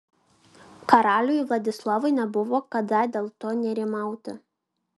karaliui vladislovui nebuvo kada dėl to nerimauti